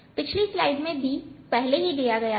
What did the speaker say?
पिछली स्लाइड में B पहले ही दिया गया है